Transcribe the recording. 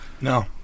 No